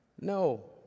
No